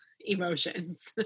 emotions